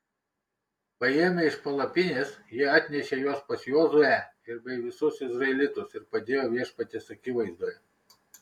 paėmę iš palapinės jie atnešė juos pas jozuę bei visus izraelitus ir padėjo viešpaties akivaizdoje